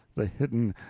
the hidden,